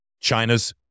China's